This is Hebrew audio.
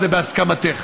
בהסכמתך: